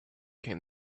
came